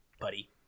Buddy